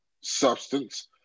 substance